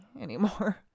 anymore